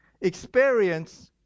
experience